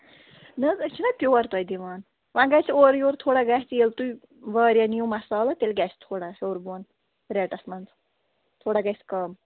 نہَ حظ أسۍ چھِناہ پیٛوٗور تۄہہِ دِوان وۅنۍ گَژھِ اورٕ یور تھوڑا گَژھِ ییٚلہِ تۄہہِ وارِیاہ نِیِو مَصالہٕ تیٚلہِ گژھِ تھوڑا ہیوٚر بۅن ریٹس منٛز تھوڑا گَژھِ کَم